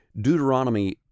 Deuteronomy